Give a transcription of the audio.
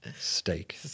steak